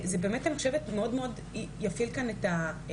אני חושבת שזה יפעיל פה את המנועים.